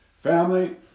Family